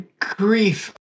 grief